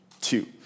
Two